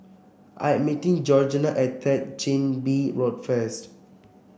I'm meeting Georganna at Third Chin Bee Road first